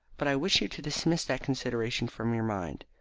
but i wish you to dismiss that consideration from your mind.